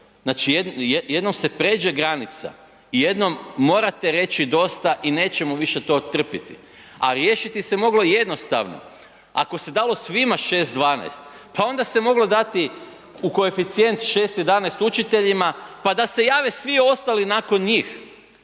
Znači jednom se pređe granica i jednom morate reći dosta i nećemo više to trpjeti. A riješiti se moglo jednostavno, ako se dalo svima 6,12, pa onda se moglo dati u koeficijent 6,11 učiteljima. Pa da se jave svi ostali nakon njih